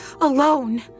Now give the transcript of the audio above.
alone